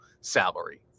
salary